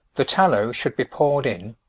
the tallow should be poured in,